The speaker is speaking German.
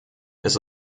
ist